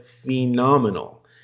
phenomenal